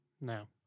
No